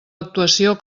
actuació